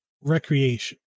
recreation